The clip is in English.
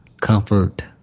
comfort